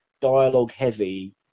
dialogue-heavy